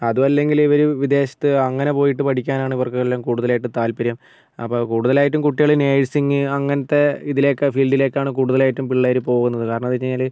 അതുമല്ലെങ്കിൽ ഇവർ വിദേശത്ത് അങ്ങനെ പോയിട്ട് പഠിക്കാനാണ് ഇവർക്ക് എല്ലാം കൂടുതലായിട്ട് താല്പര്യം അപ്പം കൂടുതലായിട്ടും കുട്ടികൾ നേഴ്സിങ് അങ്ങനത്തെ ഇതിലേക്കാ ഫീൽഡിലേക്കാണ് കൂടുതലായിട്ടും പിള്ളേർ പോകുന്നത് കാരണം എന്താന്ന് വെച്ച് കഴിഞ്ഞാൽ